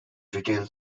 retail